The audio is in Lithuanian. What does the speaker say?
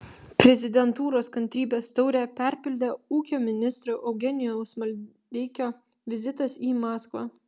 prezidentūros kantrybės taurę perpildė ūkio ministro eugenijaus maldeikio vizitas į maskvą